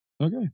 Okay